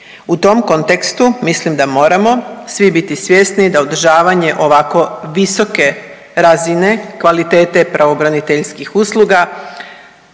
U tom kontekstu mislim da moramo svi biti svjesni da održavanje ovako visoke razine kvalitete pravobraniteljskih usluga